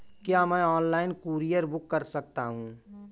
क्या मैं online courier book कर सकता हूँ?